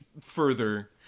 further